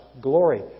glory